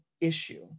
issue